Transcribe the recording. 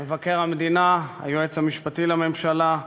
מבקר המדינה, היועץ המשפטי לממשלה,